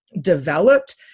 developed